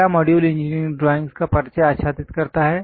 पहला module engineering drawings का परिचय आच्छादित करता है